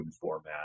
format